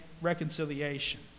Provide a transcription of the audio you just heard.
reconciliation